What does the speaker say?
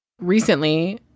recently